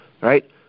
right